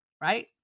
right